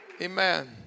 Amen